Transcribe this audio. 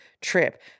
trip